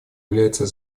является